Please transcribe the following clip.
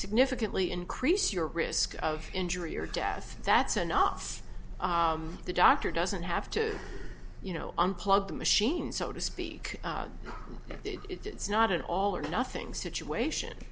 significantly increase your risk of injury or death that's enough the doctor doesn't have to you know unplug the machine so to speak it's not an all or nothing situation